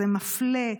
זה מפלה.